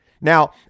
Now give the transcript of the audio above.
Now